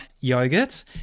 yogurt